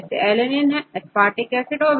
जैसे alanine aspartic acid और valine